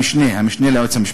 המשנה, המשנה ליועץ המשפטי.